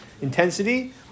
intensity